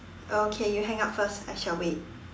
okay you hang up first I shall wait